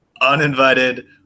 Uninvited